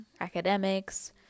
academics